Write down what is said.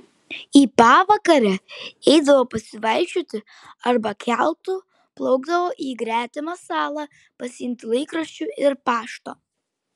į pavakarę eidavo pasivaikščioti arba keltu plaukdavo į gretimą salą pasiimti laikraščių ir pašto